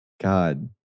God